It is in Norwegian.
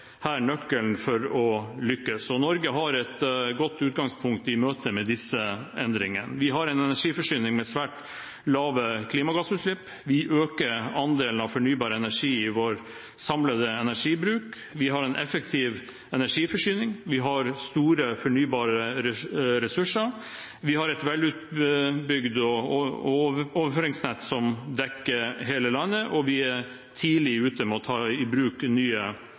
er nøkkelen til å lykkes, og Norge har et godt utgangspunkt i møte med disse endringene. Vi har en energiforsyning med svært lave klimagassutslipp, vi øker andelen av fornybar energi i vår samlede energibruk, vi har en effektiv energiforsyning, vi har store fornybare ressurser, vi har et velutbygd overføringsnett som dekker hele landet, og vi er tidlig ute med å ta i bruk nye